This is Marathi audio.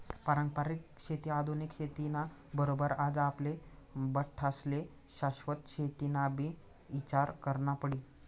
पारंपरिक शेती आधुनिक शेती ना बरोबर आज आपले बठ्ठास्ले शाश्वत शेतीनाबी ईचार करना पडी